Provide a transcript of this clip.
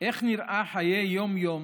איך נראים חיי היום-יום